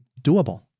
doable